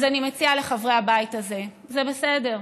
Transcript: אז אני מציעה לחברי הבית הזה: זה בסדר,